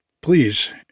please